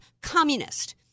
communist